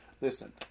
listen